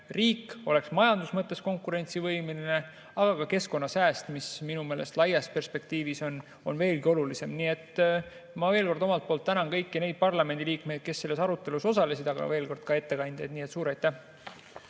riik oleks majanduse mõttes konkurentsivõimeline, ja ka keskkonnasääst on minu meelest laias perspektiivis veelgi olulisemad. Nii et ma veel kord omalt poolt tänan kõiki neid parlamendiliikmeid, kes selles arutelus osalesid, ja veel kord ka ettekandjaid. Suur